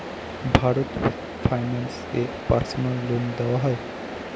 Bharat finance এ personal loan দেওয়া হয়?